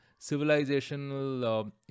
civilizational